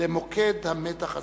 למוקד המתח הזה.